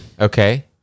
Okay